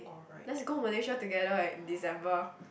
let's go Malaysia together like December